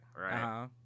Right